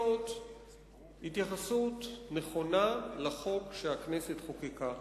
בהתייחסות נכונה לחוק שהכנסת חוקקה.